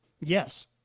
Yes